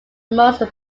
most